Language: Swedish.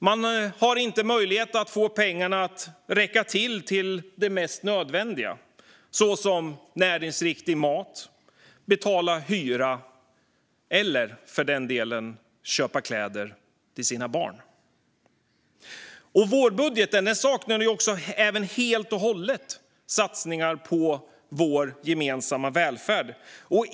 Många hushåll har inte möjlighet att få pengarna att räcka till det mest nödvändiga, som näringsriktig mat, att betala hyra eller, för den delen, att köpa kläder till sina barn. Vårbudgeten saknade helt och hållet satsningar på vår gemensamma välfärd.